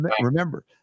Remember